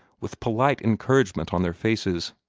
with polite encouragement on their faces.